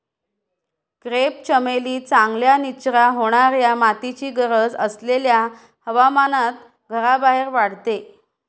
crepe चमेली चांगल्या निचरा होणाऱ्या मातीची गरज असलेल्या हवामानात घराबाहेर वाढते